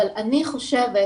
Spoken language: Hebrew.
אבל אני חושבת,